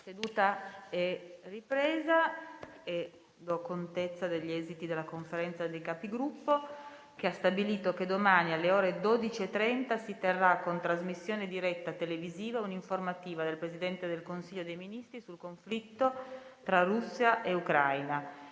nuova finestra"). Onorevoli colleghi, la Conferenza dei Capigruppo ha stabilito che domani, alle ore 12,30, si terrà, con trasmissione diretta televisiva, un'informativa del Presidente del Consiglio dei ministri sul conflitto tra Russia e Ucraina.